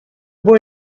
boy